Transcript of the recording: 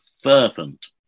fervent